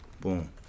boom